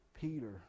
peter